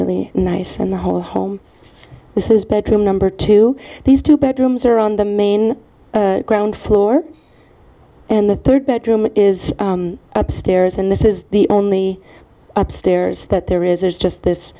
really nice and the whole home this is bedroom number two these two bedrooms are on the main ground floor and the third bedroom is upstairs and this is the only upstairs that there is there's just this